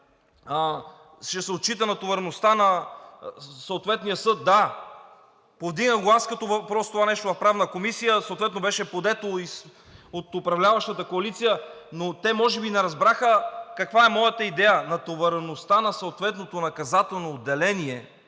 ще се отчита натовареността на съответния съд. Да, аз го повдигнах като въпрос в Правната комисия и съответно беше подето и от управляващата коалиция, но те може би не разбраха каква е моята идея. Това е натовареността на съответното наказателно отделение